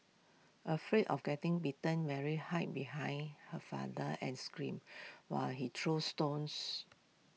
afraid of getting bitten Mary hide behind her father and screamed while he threw stones